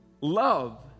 love